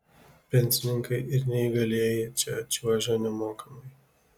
pensininkai ir neįgalieji čia čiuožia nemokamai